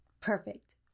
perfect